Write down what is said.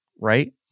Right